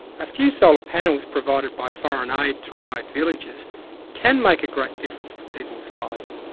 a few solar panels provided by foreign aid to remote villagers can make a great difference to people's lives.